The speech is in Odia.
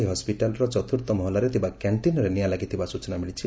ଏହି ହସ୍ପିଟାଲର ଚତୁର୍ଥ ମହଲାରେ ଥିବା କ୍ୟାକ୍କିନ୍ରେ ନିଆଁ ଲାଗିଥିବା ସ୍ଚନା ମିଳିଛି